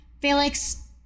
Felix